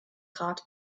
rat